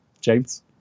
James